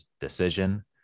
decision